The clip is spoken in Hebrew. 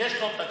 יש לו תקציב.